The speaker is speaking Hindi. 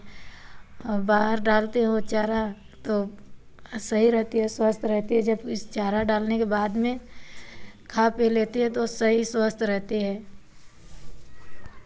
बहार डालती हूँ चारा तो सही रहती है स्वस्थ रहती है जब इस चारा डालने के बाद में खा पी लेती हैं तो सही स्वस्थ रहती है